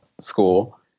school